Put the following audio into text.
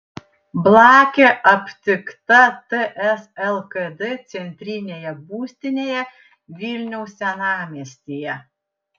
blakė aptikta ts lkd centrinėje būstinėje vilniaus senamiestyje